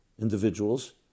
individuals